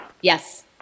Yes